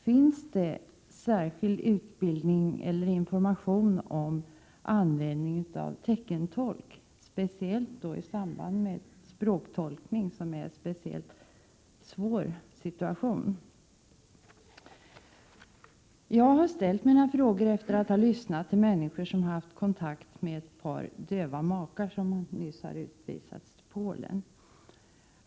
Finns det särskild utbildning eller information om användning av teckenspråkstolk, speciellt i samband med språktolkning? Det är ju här fråga om speciellt svåra situationer. Jag har ställt min fråga efter att ha lyssnat till människor som haft kontakt med ett par döva makar som nyss har utvisats till Polen.